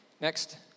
Next